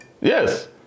Yes